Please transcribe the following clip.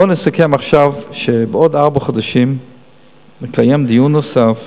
בואי נסכם עכשיו שבעוד ארבעה חודשים נקיים דיון נוסף,